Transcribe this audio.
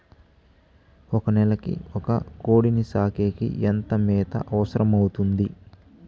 ఒక నెలకు ఒక కోడిని సాకేకి ఎంత మేత అవసరమవుతుంది?